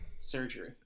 surgery